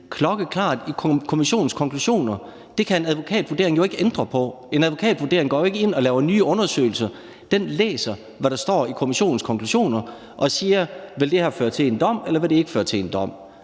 klokkeklart i kommissionens konklusioner. Det kan en advokatvurdering ikke ændre på. En advokatvurdering går jo ikke ind og laver nye undersøgelser. Den læser, hvad der står i kommissionens konklusioner, og siger: Vil det her føre til en dom, eller vil det ikke føre til en dom?